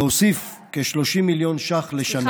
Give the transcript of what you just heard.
והוסיף כ-30 מיליון ש"ח לשנה.